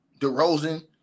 DeRozan